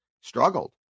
struggled